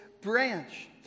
branch